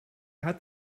hat